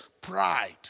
pride